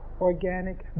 organic